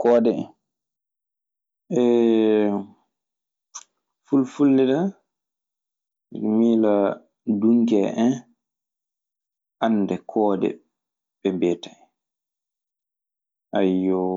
koode en. Fulfulde ne, mi miilan dukee en annde koode ɓe mbiyetee, ayyoo.